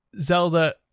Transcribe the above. Zelda